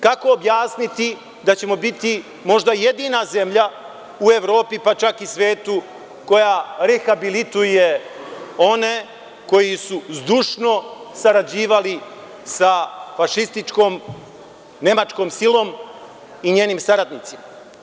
Kako objasniti da ćemo biti, možda jedina zemlja u Evropi, pa čak i svetu, koja rehabilituje one koji su zdušno sarađivali sa fašističkom Nemačkom silom i njenim saradnicima?